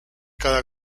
cada